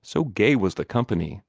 so gay was the company,